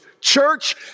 Church